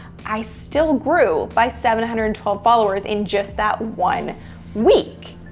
i still grew by seven hundred and twelve followers in just that one week.